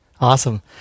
Awesome